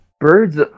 Birds